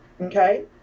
Okay